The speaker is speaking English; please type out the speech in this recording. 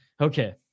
Okay